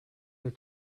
were